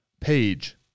page